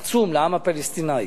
עצום, לעם הפלסטיני.